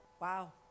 Wow